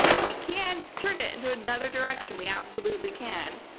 we can turn it into another direction. we absolutely can.